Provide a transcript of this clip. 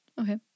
Okay